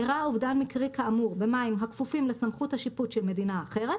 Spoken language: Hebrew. ארע אובדן מקרי כאמור במים הכפופים לסמכות השיפוט של מדינה אחרת,